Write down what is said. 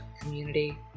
community